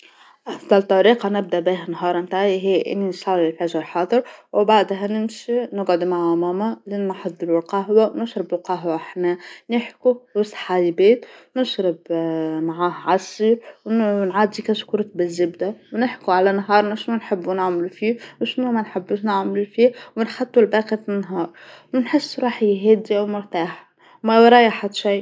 أفضل طريقة نبدأ بيها نهار بتاعى هى أن نصلى الفجر حاضر، وبعدها نمشي نجعد مع ماما لين نحضروا القهوة ونشرب القهوة حنا نحكو روس حليبات نشرب آآ معاه عصير ونعدي كشكورك بالزبدة ونحكو على نهارنا شنو نحبو نعملو فيه وشنو ما نحبوش نعملو فيه ونخطوا لباقية النهار، ونحس روحي هادية ومرتاحة ما وراي حتى شيء.